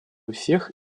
всех